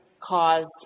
caused